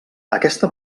aquesta